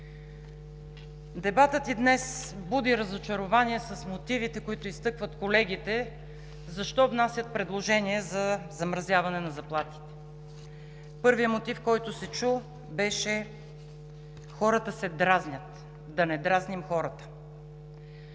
Дебатът и днес буди разочарование с мотивите, които изтъкват колегите защо внасят предложение за замразяване на заплатите. Първият мотив, който се чу, беше: хората се дразнят, да не дразним хората!